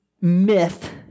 myth